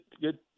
good